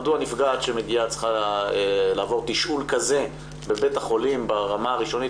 מדוע נפגעת שמגיעה צריכה לעבור תשאול כזה בבית החולים ברמה הראשונית,